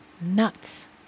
Nuts